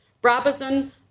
Brabazon